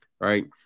right